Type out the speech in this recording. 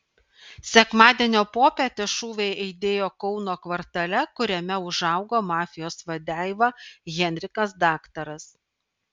sekmadienio popietę šūviai aidėjo kauno kvartale kuriame užaugo mafijos vadeiva henrikas daktaras